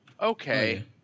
Okay